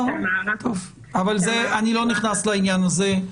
אני לא נכנס לעניין הזה.